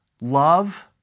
love